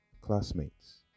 classmates